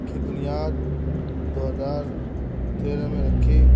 کی بنیاد دو ہزار تیرہ میں رکھی